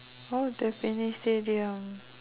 oh Tampines Stadium